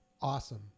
Awesome